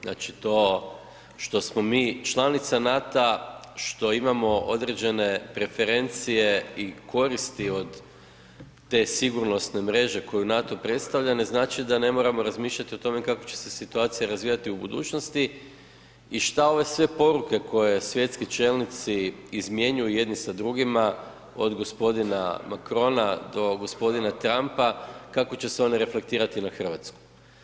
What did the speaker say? Znači to što smo mi članica NATO-a, što imamo određene preferencije i koristi od te sigurnosne mreže koju NATO predstavlja ne znači da ne moramo razmišljati o tome kako će se situacija razvijati u budućnosti i šta sve ove poruke koje svjetski čelnici izmjenjuju jedni sa drugima od gospodina Macrona do gospodina Trumpa kako će se oni reflektirati na Hrvatsku.